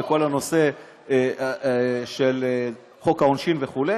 בכל הנושא של חוק העונשין וכו'.